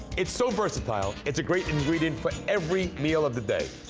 it's so versatile, it's a great ingredient for every meal of the day.